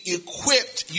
equipped